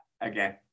again